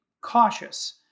cautious